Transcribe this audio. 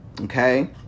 okay